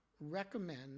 recommend